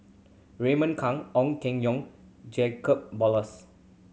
Raymond Kang Ong Keng Yong Jacob Ballas